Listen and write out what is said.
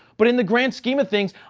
but in the grand scheme of things,